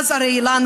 הרי לנו,